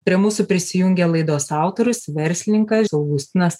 prie mūsų prisijungė laidos autorius verslininkas augustinas